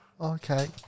Okay